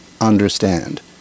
understand